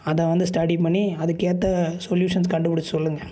அதை வந்து ஸ்டடி பண்ணி அதுக்கேற்ற சொலியூன்ஸ் கண்டு பிடிச்சி சொல்லுங்கள்